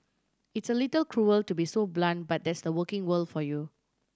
it's a little cruel to be so blunt but that's the working world for you